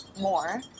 more